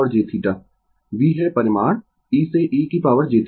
V है परिमाण e से e jθ